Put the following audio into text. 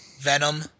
Venom